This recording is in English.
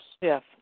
Yes